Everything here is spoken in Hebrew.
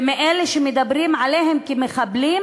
ומאלה שמדברים עליהם כמחבלים,